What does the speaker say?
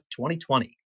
2020